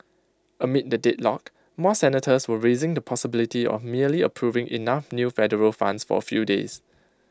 amid the deadlock more senators were raising the possibility of merely approving enough new Federal Funds for A few days